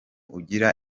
ugira